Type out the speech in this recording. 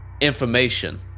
information